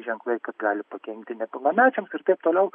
ženklai gali pakenkti nepilnamečiams ir taip toliau